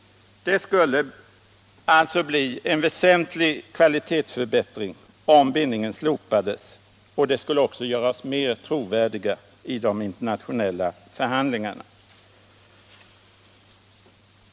Det skulle alltså bli en väsentlig kvalitetsförbättring om bindningen slopades. Det skulle också göra oss mer trovärdiga i de internationella förhandlingarna.